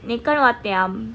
你跟我 diam